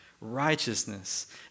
righteousness